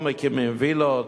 או מקימים וילות,